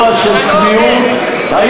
מקצוע של צביעות, יריב, אתה לא הוגן.